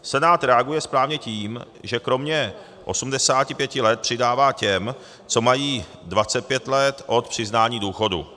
Senát reaguje správně tím, že kromě 85 let přidává těm, co mají 25 let od přiznání důchodu.